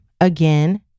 again